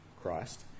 Christ